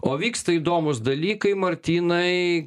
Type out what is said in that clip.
o vyksta įdomūs dalykai martynai